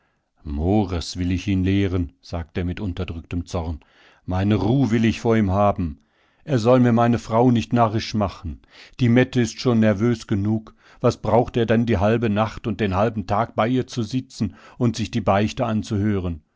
mores will ich ihn lehren sagt er mit unterdrücktem zorn meine ruh will ich vor ihm haben er soll mir meine frau nicht narrisch machen die mette ist schon nervös genug was braucht er denn die halbe nacht und den halben tag bei ihr zu sitzen und ihr die beichte abzuhören